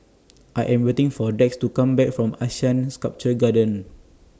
I Am waiting For Dax to Come Back from Asean Sculpture Garden